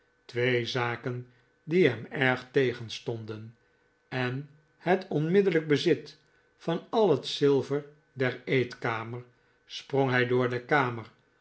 en het onmiddellijk bezit van al het zilver der eetkamer sprong hij door de kamer